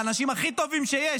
האנשים הכי טובים שיש,